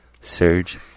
Surge